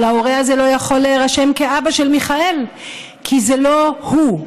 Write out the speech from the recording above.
אבל ההורה הזה לא יכול להירשם כאבא של מיכאל כי זה לא הוא,